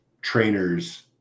trainers